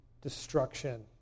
destruction